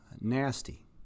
nasty